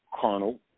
carnal